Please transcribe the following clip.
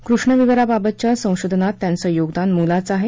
कृष्णविवराबाबतच्या संशोधनात त्यांचं योगदान मोलाचं आहे